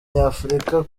nyafurika